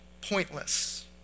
pointless